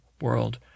world